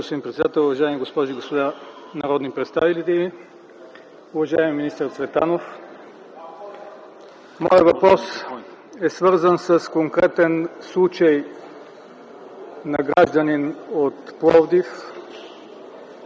Моят въпрос е свързан с конкретен случай на гражданин от Пловдив